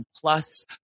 plus